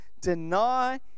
deny